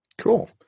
Cool